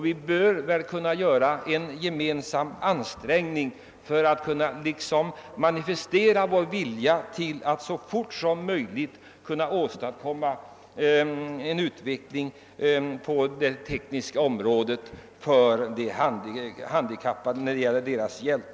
Vi borde kunna göra en gemensam ansträngning och manifestera vår vilja att åstadkomma en snabb utveckling när det gäller tekniska hjälpmedel för de handikappade.